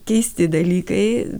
keisti dalykai